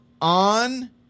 on